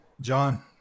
John